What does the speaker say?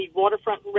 waterfront